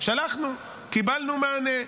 שלחנו, קיבלנו מענה: